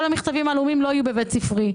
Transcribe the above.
כל המכתבים העלומים לא יהיו בבית ספרי.